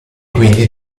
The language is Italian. quindi